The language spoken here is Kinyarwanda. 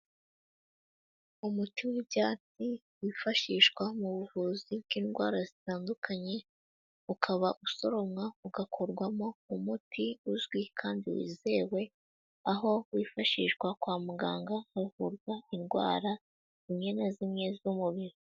umuti w'ibyatsi wifashishwa mu buvuzi bw'indwara zitandukanye ukaba usoromwa ugakorwamo umuti uzwi kandi wizewe, aho wifashishwa kwa muganga havurwa indwara zimwe na zimwe z'umubiri.